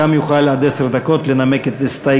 יוכל גם הוא עד עשר דקות לנמק את הסתייגויותיו.